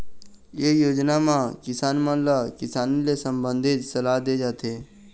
ए योजना म किसान मन ल किसानी ले संबंधित सलाह दे जाथे